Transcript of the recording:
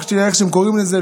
איך שהם קוראים לזה,